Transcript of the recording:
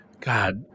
God